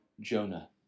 Jonah